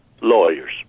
lawyers